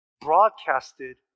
broadcasted